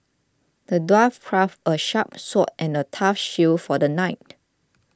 the dwarf crafted a sharp sword and a tough shield for the knight